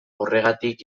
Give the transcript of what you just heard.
horregatik